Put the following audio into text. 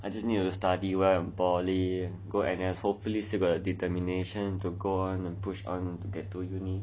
I just need to study well in poly go N_S hopefully still got the determination to go on and push on get to uni